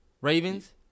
Ravens